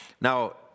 now